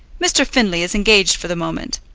mr. findlay is engaged for the moment.